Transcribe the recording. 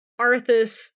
Arthas